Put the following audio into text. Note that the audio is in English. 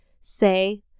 say